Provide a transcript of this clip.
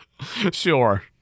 Sure